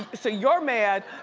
so you're mad,